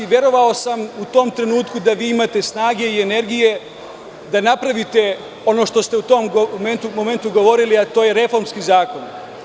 Verovao sam u tom trenutku da imate snage i energije da napravite ono što ste u tom momentu govorili, a to je reformski zakon.